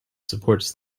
supports